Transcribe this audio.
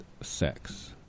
sex